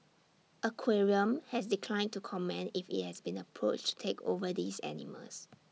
aquarium has declined to comment if IT has been approached take over these animals